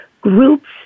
groups